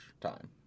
time